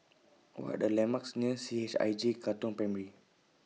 What Are The landmarks near C H I J Katong Primary